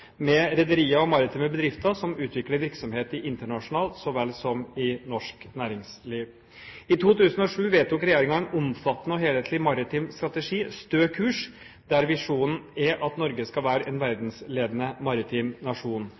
med rederier og maritime bedrifter som utvikler virksomhet i internasjonalt så vel som i norsk næringsliv. I 2007 vedtok regjeringen en omfattende og helhetlig maritim strategi – «Stø kurs» – der visjonen er at Norge skal være en verdensledende maritim nasjon.